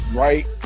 right